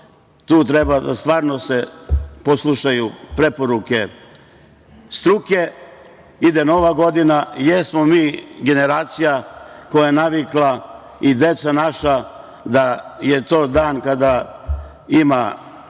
Tu treba da se s poslušaju preporuke struke. Ide i Nova godina. Jesmo mi generacija koja je navikla, i deca naša, da je to dan kada ima